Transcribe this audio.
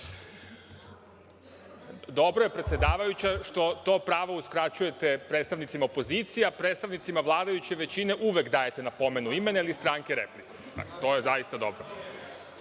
Dobro je predsedavajuća što to pravo uskraćujete predstavnicima opozicije, a predstavnicima vladajuće većine uvek dajete na pomenu imena ili stranke repliku. To je zaista dobro. Ako